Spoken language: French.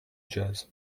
jazz